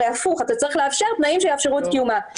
אתה צריך לאפשר תנאים שיאפשרו את קיומה של ההפגנה.